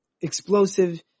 explosive